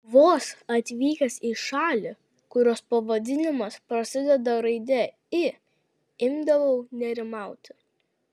vos atvykęs į šalį kurios pavadinimas prasideda raide i imdavau nerimauti